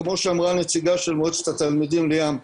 כמו שאמרה הנציגה של מועצת התלמידים ליאם,